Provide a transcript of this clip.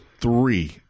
three